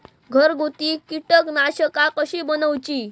घरगुती कीटकनाशका कशी बनवूची?